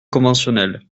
conventionnel